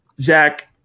Zach